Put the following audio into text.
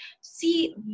see